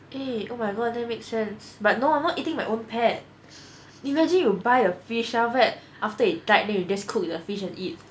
eh oh my god that make sense but no I'm not eating my own pet imagine you buy a fish then after that after it died then you just cooked with the fish and eat